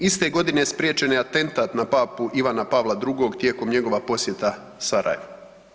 Iste godine spriječen je atentat na Papu Ivana Pavla II tijekom njegova posjeta Sarajevu.